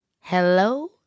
Hello